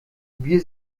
wir